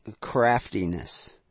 craftiness